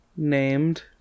Named